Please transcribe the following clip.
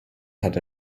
hat